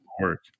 work